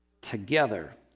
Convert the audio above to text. together